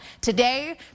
today